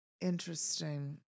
Interesting